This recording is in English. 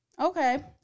okay